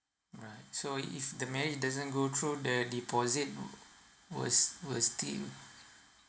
right so if the marriage doesn't go through the deposit were were still